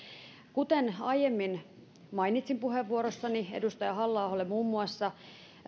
kuten aiemmin mainitsin puheenvuorossani edustaja halla aholle muun muassa